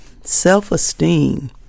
self-esteem